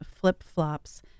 flip-flops